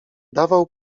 dawał